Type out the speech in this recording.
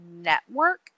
network